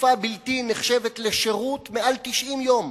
תקופה בלתי נחשבת לשירות, מעל 90 יום.